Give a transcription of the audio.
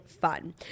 fun